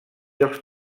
els